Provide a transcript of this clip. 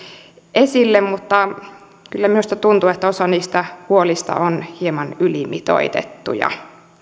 esille mutta kyllä minusta tuntuu että osa niistä huolista on hieman ylimitoitettuja